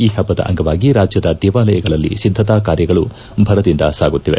ಈ ಪ್ಪುದ ಅಂಗವಾಗಿ ರಾಜ್ಯದ ದೇವಾಲಯಗಳಲ್ಲಿ ಸಿದ್ಧತಾ ಕಾರ್ಯಗಳು ಭರದಿಂದ ಸಾಗುತ್ತಿದೆ